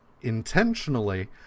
intentionally